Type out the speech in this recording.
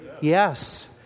yes